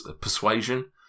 persuasion